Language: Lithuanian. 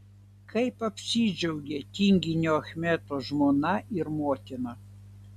kaip apsidžiaugė tinginio achmedo žmona ir motina